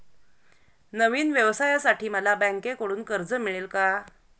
नवीन व्यवसायासाठी मला बँकेकडून कर्ज मिळेल का?